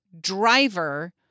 driver